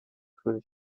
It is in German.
kirche